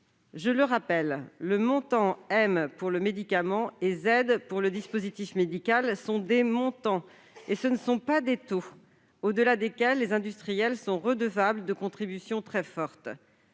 sauvegarde : le montant M pour le médicament et le montant Z pour le dispositif médical sont des montants, et non des taux, au-delà desquels les industriels sont redevables de contributions très fortes.